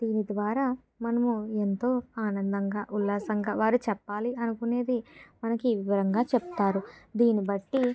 దీని ద్వారా మనము ఎంతో ఆనందంగా ఉల్లాసంగా వారు చెప్పాలి అనుకునేది మనకు వివరంగా చెప్తారు దీని బట్టి